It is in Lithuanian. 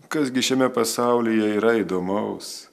kas gi šiame pasaulyje yra įdomaus